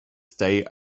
stay